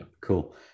cool